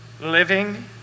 living